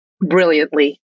brilliantly